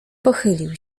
pochylił